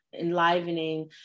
Enlivening